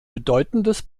bedeutendes